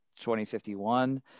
2051